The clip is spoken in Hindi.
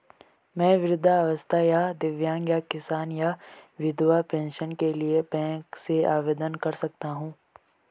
मैं वृद्धावस्था या दिव्यांग या किसान या विधवा पेंशन के लिए बैंक से आवेदन कर सकता हूँ?